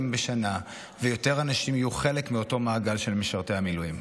בשנה ויותר אנשים יהיו חלק מאותו מעגל של משרתי המילואים.